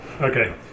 Okay